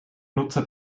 nutzer